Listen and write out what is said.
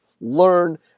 learn